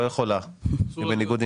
היא לא יכולה, היא בניגוד עניינים.